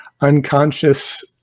Unconscious